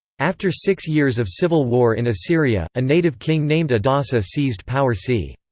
after six years of civil war in assyria, a native king named adasi seized power c.